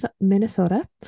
Minnesota